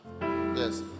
Yes